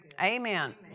Amen